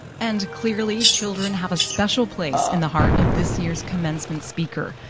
and clearly, children have a special place in the heart of this year's commencement speaker.